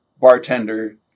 bartender